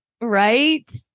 Right